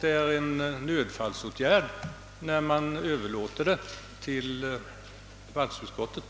Det är en nödfallsåtgärd att överlåta saken till förvaltningsutskottet.